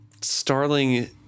Starling